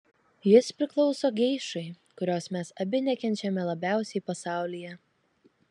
jis priklauso geišai kurios mes abi nekenčiame labiausiai pasaulyje